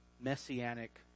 messianic